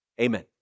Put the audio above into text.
Amen